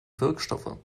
wirkstoffe